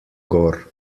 gor